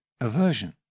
aversion